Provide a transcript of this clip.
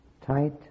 tight